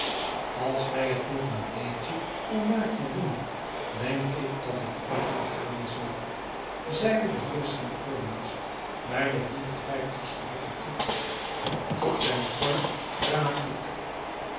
als wij het nog een b e e t j e volmaakter doen denk ik dat net prachtig gaan zal zeide de heer sempronius bij de honderd vijftigste repetitie tot zijn corps dramatique